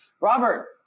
Robert